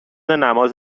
نماز